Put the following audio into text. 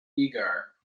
eagar